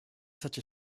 such